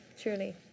truly